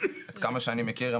עד כמה שאני מכיר,